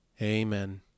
Amen